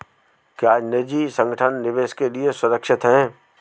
क्या निजी संगठन निवेश के लिए सुरक्षित हैं?